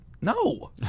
no